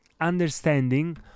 understanding